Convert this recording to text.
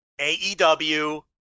AEW